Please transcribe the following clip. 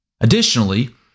Additionally